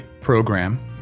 program